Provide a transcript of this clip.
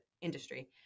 industry